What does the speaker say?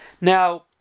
Now